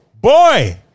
Boy